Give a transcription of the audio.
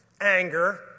Anger